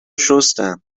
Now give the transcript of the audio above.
شستم